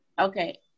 okay